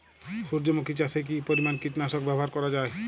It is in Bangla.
সূর্যমুখি চাষে কি পরিমান কীটনাশক ব্যবহার করা যায়?